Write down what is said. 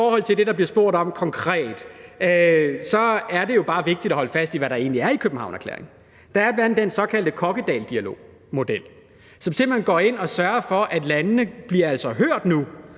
I forhold til det, der konkret bliver spurgt om, så er det jo bare vigtigt at holde fast i, hvad der egentlig står i Københavnererklæringen. Der er bl.a. den såkaldte Kokkedaldialogmodel, som simpelt hen går ind og sørger for, at landene altså nu